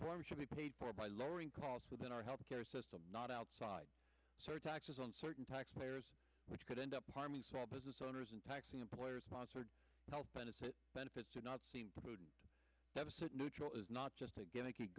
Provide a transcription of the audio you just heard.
before should be paid for by lowering costs within our health care system not outside sir taxes on certain tax payers which could end up harming small business owners and taxing employer sponsored health benefit benefits are not seen deficit neutral is not just a gimmick